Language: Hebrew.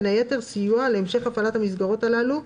בין היתר סיוע להמשך הפעלת המסגרות הללו,